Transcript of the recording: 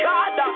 God